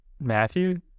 Matthew